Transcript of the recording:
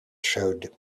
showed